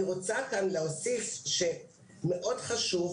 אני רוצה כאן להוסיף שמאוד חשוב,